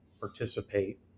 participate